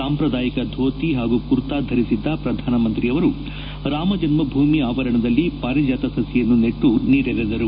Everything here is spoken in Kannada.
ಸಾಂಪ್ರಾದಾಯಿಕ ಧೋತಿ ಪಾಗೂ ಕುರ್ತಾ ಧರಿಸಿದ್ದ ಪ್ರಧಾನಮಂತ್ರಿಯವರು ರಾಮಜನ್ಮ ಭೂಮಿ ಆವರಣದಲ್ಲಿ ಪಾರಿಜಾತ ಸಸಿಯನ್ನು ನೆಟ್ಟು ನೀರೆರೆದರು